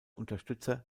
unterstützer